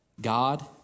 God